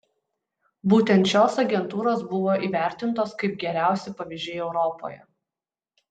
būtent šios agentūros buvo įvertintos kaip geriausi pavyzdžiai europoje